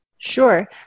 Sure